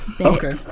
Okay